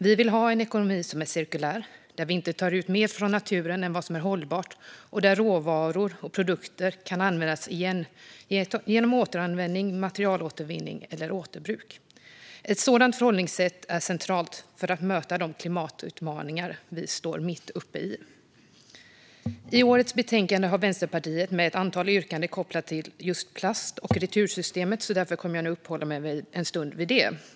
Vi vill ha en ekonomi som är cirkulär, där vi inte tar ut mer från naturen än vad som är hållbart och där råvaror och produkter kan användas igen genom återanvändning, materialåtervinning eller återbruk. Ett sådant förhållningssätt är centralt för att möta de klimatutmaningar vi står mitt uppe i. I årets betänkande har Vänsterpartiet ett antal yrkanden kopplade till just plast och retursystemet, och därför kommer jag nu att uppehålla mig en stund vid detta.